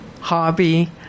hobby